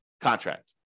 contract